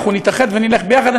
נתאחד ונלך ביחד,